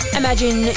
imagine